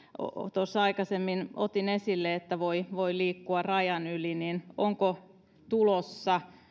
tuossa aikaisemmin otin esille jotka voivat liikkua rajan yli onko tulossa